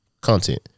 content